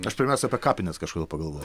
aš pirmiausia apie kapines kažkodėl pagalvojau